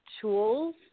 tools